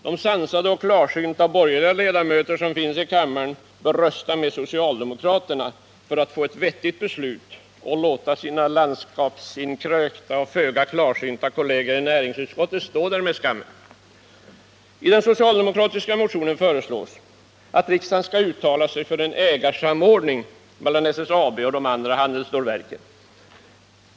De sansade och klarsynta borgerliga ledamöter som finns i kammaren bör rösta med socialdemokraterna för att få ett vettigt beslut och låta sina landskapsinkrökta och föga klarsynta kolleger i näringsutskottet stå där med skammen. I den socialdemokratiska motionen föreslås att riksdagen skall uttala sig för en ägarsamordning mellan SSAB och de andra handelsstålverken.